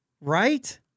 Right